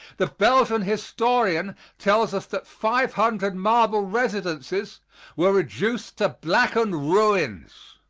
the belgian historian tells us that five hundred marble residences were reduced to blackened ruins.